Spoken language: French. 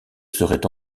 seraient